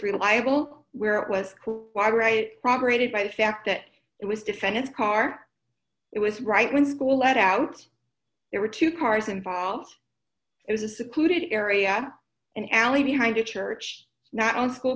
reliable where it was right robbery to buy the fact that it was defend his car it was right when school let out there were two cars involved it was a secluded area an alley behind a church not on school